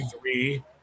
three